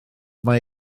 mae